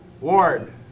Ward